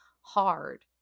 hard